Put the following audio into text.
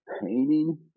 painting